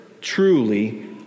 truly